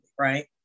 right